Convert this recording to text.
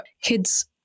kids